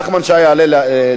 נחמן שי יעלה להתנגד,